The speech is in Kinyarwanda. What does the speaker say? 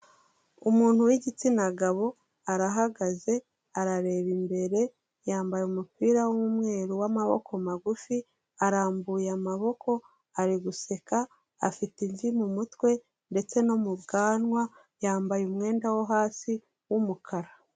Umuntu w'igitsina gabo, arahagaze, arareba imbere, yambaye umupira w'umweru w'amaboko magufi, arambuye amaboko, ari guseka, afite imvi mu mutwe ndetse no mu bwanwa, yambaye umwenda wo hasi w'umukara.